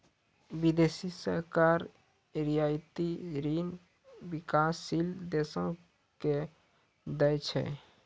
बिदेसी सरकार रियायती ऋण बिकासशील देसो के दै छै